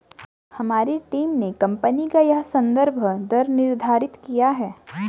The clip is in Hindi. हमारी टीम ने कंपनी का यह संदर्भ दर निर्धारित किया है